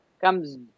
comes